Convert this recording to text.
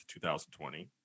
2020